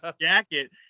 jacket